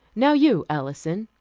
now you, alison.